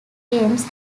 games